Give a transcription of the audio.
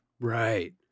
right